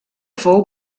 fou